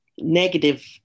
negative